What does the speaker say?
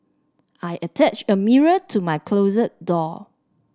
I attached a mirror to my closet door